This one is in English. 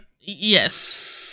yes